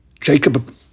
Jacob